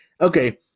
okay